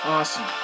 awesome